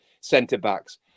centre-backs